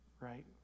right